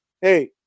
hey